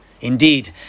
Indeed